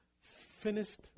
finished